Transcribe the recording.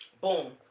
Boom